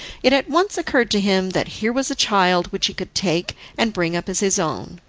it at once occurred to him that here was a child which he could take and bring up as his own.